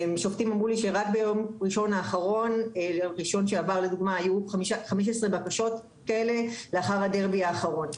ביום ראשון שעבר לדוגמה היו 15 בקשות כאלה לאחר הדרבי האחרון.